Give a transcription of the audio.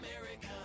america